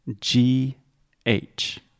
G-H